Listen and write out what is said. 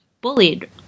bullied